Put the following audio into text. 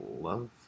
love